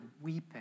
weeping